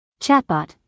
chatbot